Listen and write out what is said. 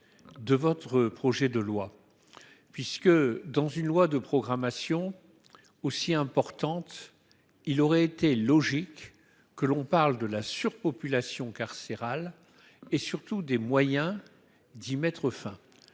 le garde des sceaux : dans une loi de programmation aussi importante, il eût été logique que l'on parle de la surpopulation carcérale et, surtout, des moyens d'y mettre fin.